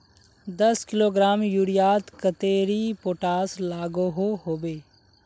दस किलोग्राम यूरियात कतेरी पोटास लागोहो होबे?